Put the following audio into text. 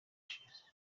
ashes